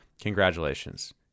congratulations